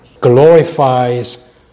glorifies